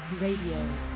Radio